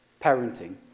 parenting